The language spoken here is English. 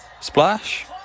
Splash